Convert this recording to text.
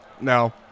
no